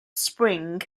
spring